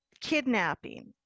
kidnapping